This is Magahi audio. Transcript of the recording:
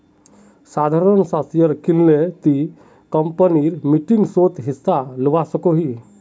साधारण सा शेयर किनले ती कंपनीर मीटिंगसोत हिस्सा लुआ सकोही